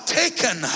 taken